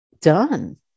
done